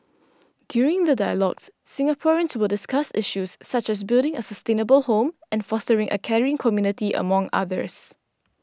during the dialogues Singaporeans will discuss issues such as building a sustainable home and fostering a caring community among others